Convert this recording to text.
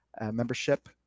membership